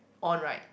on right